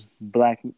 black